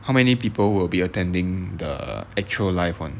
how many people will be attending the actual live [one]